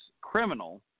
criminal